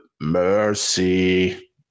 Mercy